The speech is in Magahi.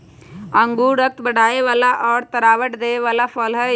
अंगूर रक्त बढ़ावे वाला और तरावट देवे वाला फल हई